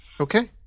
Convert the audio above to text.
okay